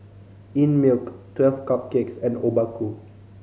Einmilk Twelve Cupcakes and Obaku